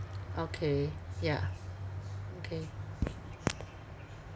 okay ya okay